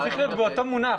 זה צריך להיות באותו מונח.